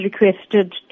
requested